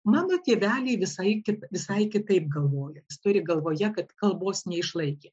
mano tėveliai visai kaip visai kitaip galvojo turi galvoje kad kalbos neišlaikė